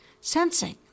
sensing